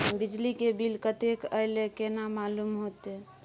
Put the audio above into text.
बिजली के बिल कतेक अयले केना मालूम होते?